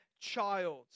child